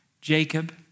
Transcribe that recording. Jacob